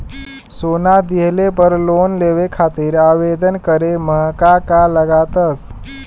सोना दिहले पर लोन लेवे खातिर आवेदन करे म का का लगा तऽ?